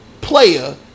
player